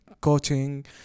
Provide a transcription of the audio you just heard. coaching